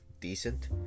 decent